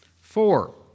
Four